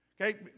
Okay